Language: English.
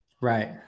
Right